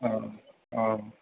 औ औ